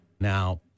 Now